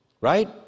Right